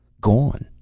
gone.